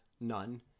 none